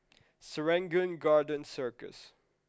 Serangoon Garden Circus